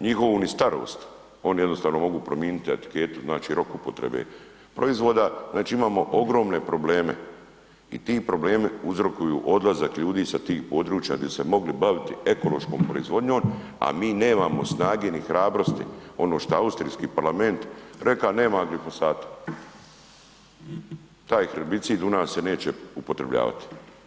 njihovu ni starost, oni jednostavno mogu prominiti etiketu, znači rok upotrebe proizvoda, znači imamo ogromne probleme i ti problemi uzrokuju odlazak ljudi sa tih područja di su se mogli baviti ekološkom proizvodnjom, a mi nemamo snage ni hrabrosti ono što je austrijski parlament reka nema glifosata, taj herbicid u nas se neće upotrebljavati.